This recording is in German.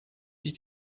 sich